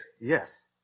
Yes